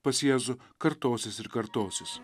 pas jėzų kartosis ir kartosis